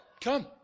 come